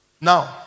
Now